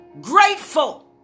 grateful